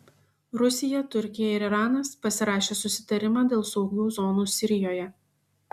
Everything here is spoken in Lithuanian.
rusija turkija ir iranas pasirašė susitarimą dėl saugių zonų sirijoje